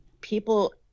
people